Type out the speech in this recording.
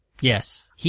Yes